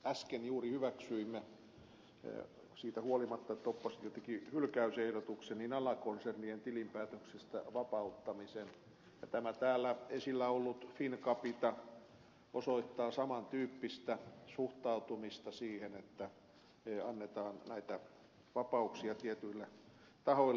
äsken juuri hyväksyimme siitä huolimatta että oppositio teki hylkäysehdotuksen alakonsernien tilinpäätöksestä vapauttamisen ja tämä täällä esillä ollut wincapita osoittaa saman tyyppistä suhtautumista eli annetaan näitä vapauksia tietyille tahoille elinkeinoelämässä